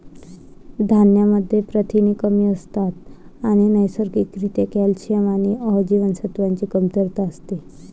धान्यांमध्ये प्रथिने कमी असतात आणि नैसर्गिक रित्या कॅल्शियम आणि अ जीवनसत्वाची कमतरता असते